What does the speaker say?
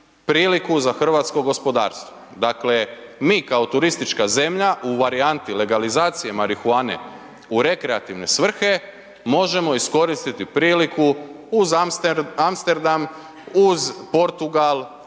priliku za hrvatsko gospodarstvo. Dakle, mi kao turistička zemlja u varijanti legalizacije marihuane u rekreativne svrhe možemo iskoristiti priliku uz Amsterdam, uz Portugal,